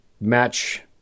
match